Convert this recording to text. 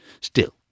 Still